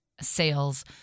sales